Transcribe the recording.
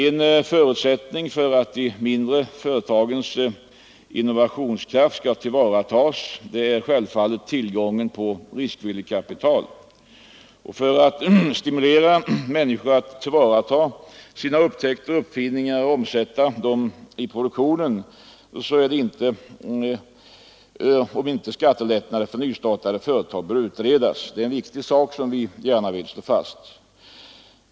En förutsättning för att de mindre företagens innovationskraft skall uttnyttjas är självfallet tillgången på riskvilligt kapital. För att stimulera människor att tillvarata sina upptäckter och uppfinningar och omsätta dem i produktionen är det fråga om huruvida inte skattelättnader för nystartade företag bör utredas. Det är en viktig sak som vi gärna vill slå fast.